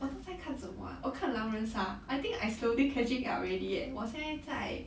我刚才在看什么 ah 我看 I think I slowly catching up already eh 我现在在